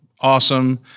awesome